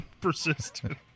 Persistent